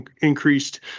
increased